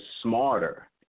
smarter